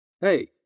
Hey